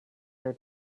your